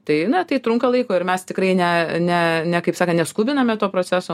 tai na tai trunka laiko ir mes tikrai ne ne ne kaip sakan neskubiname to proceso